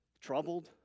Troubled